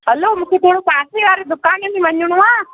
हलो मूंखे थोरो पासे वारे दुकान में वञिणो आहे